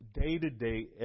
day-to-day